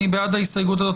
אני בעד ההסתייגות הזאת.